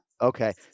Okay